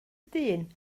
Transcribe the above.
dyn